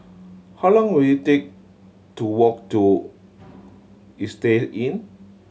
how long will it take to walk to Istay Inn